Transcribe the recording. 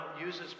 uses